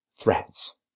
threats